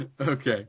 Okay